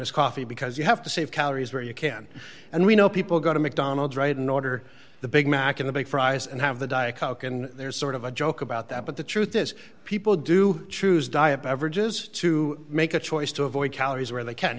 his coffee because you have to save calories where you can and we know people go to mcdonald's right in order the big mac in the big fries and have the diet coke and there's sort of a joke about that but the truth is people do choose diet beverages to make a choice to avoid calories where they can